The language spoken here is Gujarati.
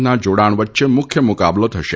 ની જોડાણ વચ્ચે મુખ્ય મુકાબલો થશે